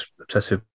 obsessive